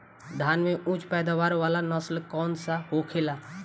धान में उच्च पैदावार वाला नस्ल कौन सा होखेला?